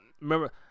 remember